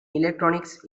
electronics